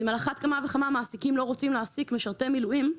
אם על אחת כמה וכמה המעסיקים לא רוצים להעסיק משרתי מילואים,